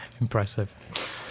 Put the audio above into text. Impressive